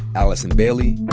allison bailey,